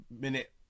minute